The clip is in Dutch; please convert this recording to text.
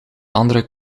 andere